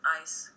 ice